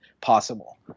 possible